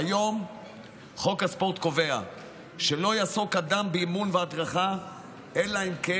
כיום חוק הספורט קובע שלא יעסוק אדם באימון והדרכה אלא אם כן